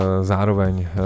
zároveň